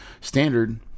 standard